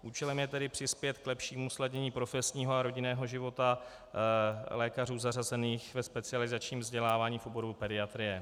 Účelem je tedy přispět k lepšímu sladění profesního a rodinného života lékařů zařazených ve specializačních vzděláváních oborů pediatrie.